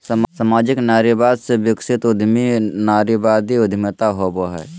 सामाजिक नारीवाद से विकसित उद्यमी नारीवादी उद्यमिता होवो हइ